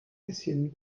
bisschen